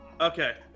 Okay